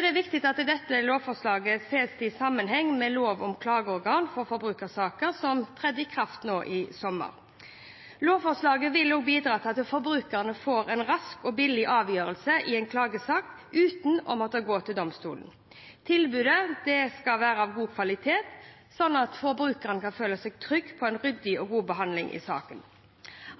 er viktig at dette lovforslaget ses i sammenheng med lov om klageorganer for forbrukersaker, som trådte i kraft sist sommer. Lovforslaget vil også bidra til at forbrukerne kan få en rask og billig avgjørelse i en klagesak uten å måtte gå til domstolene. Tilbudet skal være av god kvalitet, slik at forbrukerne kan føle seg trygge på en ryddig og god behandling i saken.